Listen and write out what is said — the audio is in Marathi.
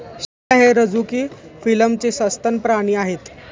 शेळ्या हे रझुकी फिलमचे सस्तन प्राणी आहेत